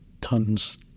tons